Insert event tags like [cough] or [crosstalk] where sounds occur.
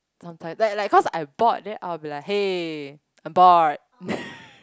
sometime like like cause I'm bored then I'll be like hey I'm bored [laughs]